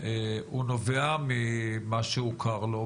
הוא נובע ממה שהוכר לו,